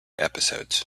episodes